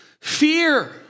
Fear